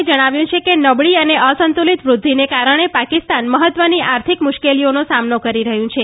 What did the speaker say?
એ જણાવ્યું છે કે નબળી અને અસંતુલિત વુદ્ધિને કારણે ાકિસ્તાન મહત્વની આર્થિક મુશ્કેલીઓનો સામનો કરી રહ્યું છે